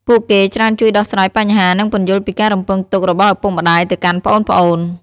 ពួកគេច្រើនជួយដោះស្រាយបញ្ហា និងពន្យល់ពីការរំពឹងទុករបស់ឪពុកម្ដាយទៅកាន់ប្អូនៗ។